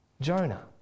jonah